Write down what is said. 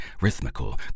rhythmical